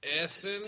Essen